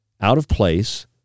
out-of-place